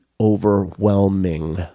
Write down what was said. overwhelming